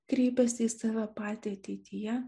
kreipiasi į save patį ateityje